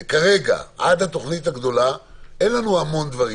וכרגע עד התוכנית הגדולה אין לנו המון דברים.